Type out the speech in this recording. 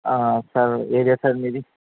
sir area sir మీది